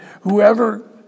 whoever